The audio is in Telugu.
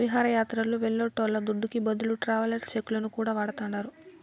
విహారయాత్రలు వెళ్లేటోళ్ల దుడ్డుకి బదులు ట్రావెలర్స్ చెక్కులను కూడా వాడతాండారు